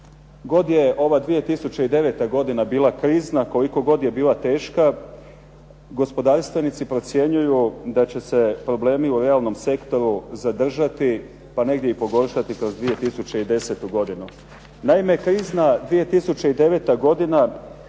god je ova 2009. godina bila krizna, koliko god je bila teška gospodarstvenici procjenjuj da će se problemi u realnom sektoru zadržati, pa negdje i pogoršati kroz 2010. godinu. Naime, krizna 2009. godina